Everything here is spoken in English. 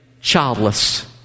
childless